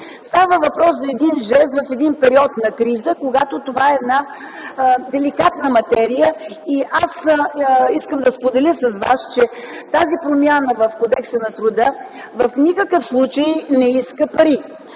Става въпрос за един жест в един период на криза, когато това е една деликатна материя. Аз искам да споделя с Вас, че тази промяна в Кодекса на труда в никакъв случай не иска пари.